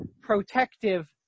protective